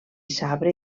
sabre